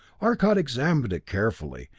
arcot examined it carefully,